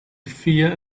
fear